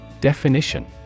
Definition